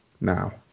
now